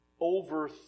over